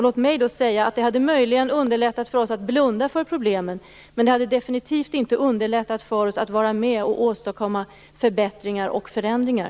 Låt mig säga att det möjligen hade underlättat för oss att blunda för problemen men att det definitivt inte hade underlättat för oss att vara med om att åstadkomma förändringar och förbättringar.